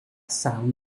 sound